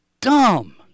dumb